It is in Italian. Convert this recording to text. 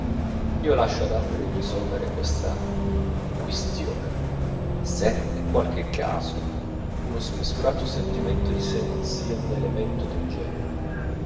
io lascio ad altri il risolvere questa quistione se in qualche caso uno smisurato sentimento di sè non sia un elemento del genio